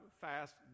fast